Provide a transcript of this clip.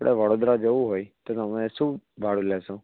આપણે વડોદરા જવું હોય તો તમે શું ભાડું લેશો